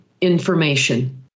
information